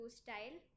style